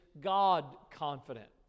God-confident